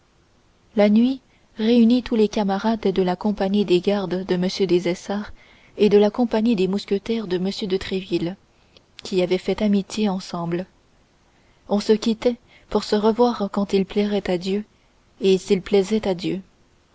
la nuit réunit tous les camarades de la compagnie des gardes de m des essarts et de la compagnie des mousquetaires de m de tréville qui avaient fait amitié ensemble on se quittait pour se revoir quand il plairait à dieu et s'il plaisait à dieu